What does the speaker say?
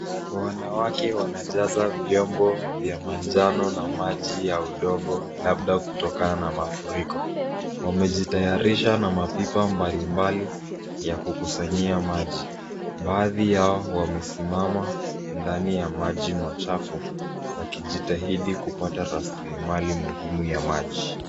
Wanawake wanajaza vyombo vya manjano na maji ya udongo labda kutokana na mafuriko. Wamejitayarisha na mapipa mbalimbali ya kukusanyia maji. Baadhi yao wamesimama ndani ya maji machafu wakijitahidi kupata raslimali muhimu ya maji.